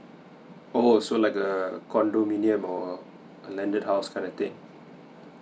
oh so like a condominium or a landed house kinda thing